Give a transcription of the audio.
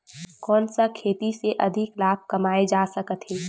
कोन सा खेती से अधिक लाभ कमाय जा सकत हे?